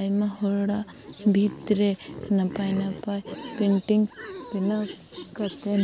ᱟᱭᱢᱟ ᱦᱚᱲᱟᱜ ᱵᱷᱤᱛ ᱨᱮ ᱱᱟᱯᱟᱭ ᱱᱟᱯᱟᱭ ᱯᱮᱱᱴᱤᱝ ᱵᱮᱱᱟᱣ ᱠᱟᱛᱮᱫ